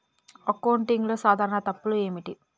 అకౌంటింగ్లో సాధారణ తప్పులు ఏమిటి?